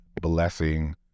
blessing